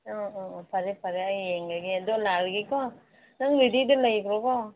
ꯑꯥ ꯑꯥ ꯑꯥ ꯐꯔꯦ ꯐꯔꯦ ꯑꯩ ꯌꯦꯡꯂꯒꯦ ꯑꯗꯣ ꯂꯥꯛꯂꯒꯦꯀꯣ ꯅꯪ ꯔꯦꯗꯤꯗ ꯂꯩꯈ꯭ꯔꯣꯀꯣ